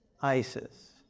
ISIS